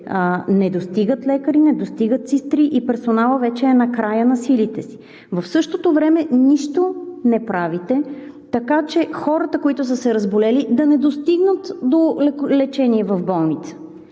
недостигат лекари, недостигат сестри и персоналът вече е накрая на силите си. В същото време нищо не правите, така че хората, които са се разболели, да не достигнат до лечение в болница.